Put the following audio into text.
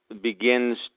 begins